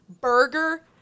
burger